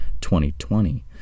2020